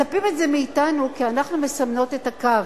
מצפים מאתנו, כי אנחנו מסמנות את הקו.